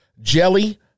jelly